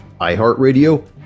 iHeartRadio